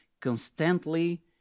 constantly